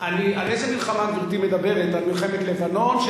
איזה מלחמה גברתי מדברת, על מלחמת לבנון?